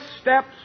steps